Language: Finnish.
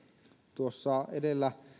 tuossa edellä